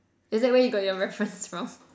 is that you where you got your reference from